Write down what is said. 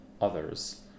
others